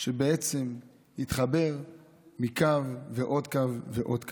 שבעצם התחבר מקו ועוד קו ועוד קו.